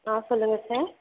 சொல்லுங்கள் சார்